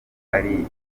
ari